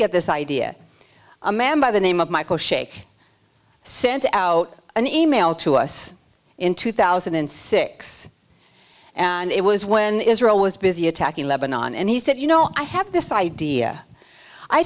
get this idea a man by the name of michael shaikh sent out an e mail to us in two thousand and six and it was when israel was busy attacking lebanon and he said you know i have this idea i